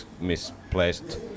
misplaced